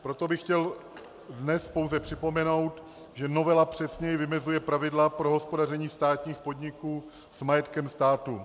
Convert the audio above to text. Proto bych chtěl dnes pouze připomenout, že novela přesněji vymezuje pravidla pro hospodaření státních podniků s majetkem státu.